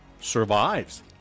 Survives